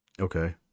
okay